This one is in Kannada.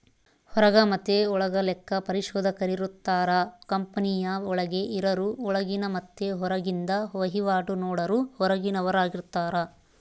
ಹೊರಗ ಮತೆ ಒಳಗ ಲೆಕ್ಕ ಪರಿಶೋಧಕರಿರುತ್ತಾರ, ಕಂಪನಿಯ ಒಳಗೆ ಇರರು ಒಳಗಿನ ಮತ್ತೆ ಹೊರಗಿಂದ ವಹಿವಾಟು ನೋಡರು ಹೊರಗಿನವರಾರ್ಗಿತಾರ